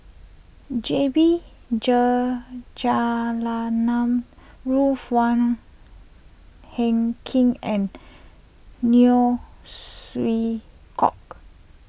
J B Jeyaretnam Ruth Wong Hie King and Neo Chwee Kok